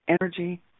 energy